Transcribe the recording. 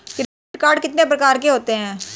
Credit card कितने प्रकार के होते हैं?